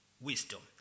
wisdom